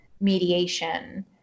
mediation